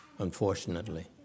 Unfortunately